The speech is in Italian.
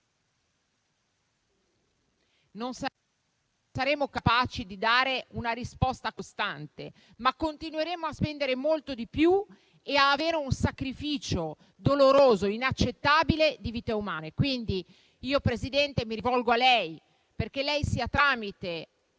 non saremmo capaci di dare una risposta costante, ma continueremmo a spendere molto di più e ad avere un sacrificio doloroso e inaccettabile di vite umane. Signor Presidente, io mi rivolgo quindi a lei perché si faccia tramite